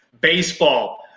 baseball